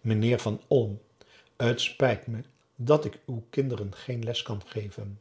meneer van olm het spijt me dat ik uw kinderen geen les kan geven